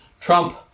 Trump